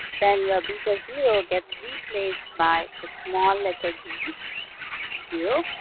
then your beta zero gets replaced by a small letter b zero,